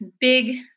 big